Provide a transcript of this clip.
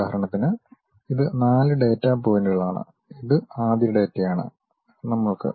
ഉദാഹരണത്തിന് ഇത് 4 ഡാറ്റ പോയിന്റുകളാണ് ഇത് ആദ്യ ഡാറ്റയാണ് നമ്മൾക്ക്